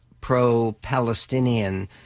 pro-Palestinian